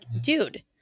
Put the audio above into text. dude